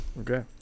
Okay